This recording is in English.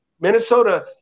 Minnesota